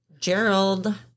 Gerald